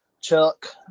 Chuck